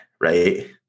right